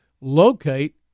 locate